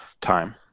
time